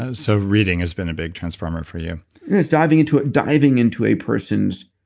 ah so reading has been a big transformer for you diving into ah diving into a person's